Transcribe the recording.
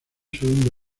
segundo